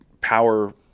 power